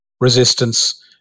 resistance